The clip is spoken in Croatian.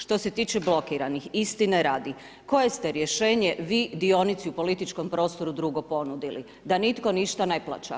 Što se tiče blokiranih, istine radi, koje ste rješenje vi dionici u političkom prostoru drugo ponudili, da nitko ništa ne plaća.